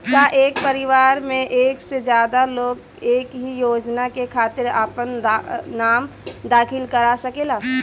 का एक परिवार में एक से ज्यादा लोग एक ही योजना के खातिर आपन नाम दाखिल करा सकेला?